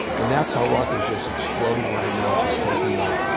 and that's how rok is just exploding right now, just taking off,